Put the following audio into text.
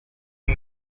and